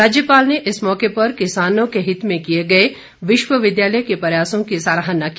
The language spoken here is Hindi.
राज्यपाल ने इस मौके पर किसानों के हित में किए गए विश्वविद्यालय के प्रयासों की सराहना की